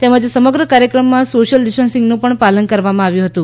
તેમજ સમગ્ર કાર્યક્રમાં સોશિયલ ડિસ્ટન્સનું પણ પાલન કરવામાં આવ્યુ હતું